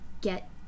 get